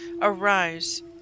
Arise